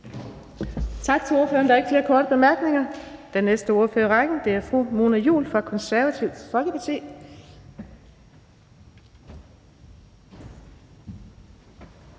Tak til ordføreren. Der er ikke flere korte bemærkninger. Den næste ordfører i rækken er fru Mona Juul fra Det Konservative Folkeparti.